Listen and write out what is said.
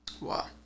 Wow